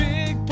Big